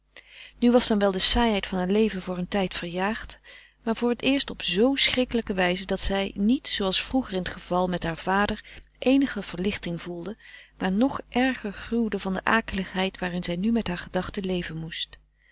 nu was dan wel de saaiheid van haar leven voor een tijd verjaagd maar voor t eerst op z schrikkelijke wijze dat zij niet zooals vroeger in t geval met haar vader eenige verlichting voelde maar nog erger gruwde van de akeligheid waarin zij nu met haar gedachten leven moest